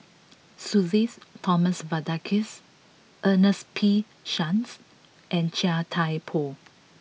Sudhir Thomas Vadaketh Ernest P Shanks and Chia Thye Poh